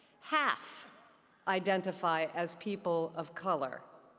half identify as people of color.